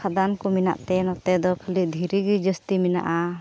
ᱠᱷᱟᱫᱟᱱ ᱠᱚ ᱢᱮᱱᱟᱜ ᱛᱮ ᱱᱚᱛᱮ ᱫᱚ ᱠᱷᱟᱹᱞᱤ ᱫᱷᱤᱨᱤᱜᱮ ᱡᱟᱹᱥᱛᱤ ᱢᱮᱱᱟᱜᱼᱟ